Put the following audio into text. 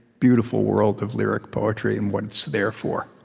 beautiful world of lyric poetry and what it's there for.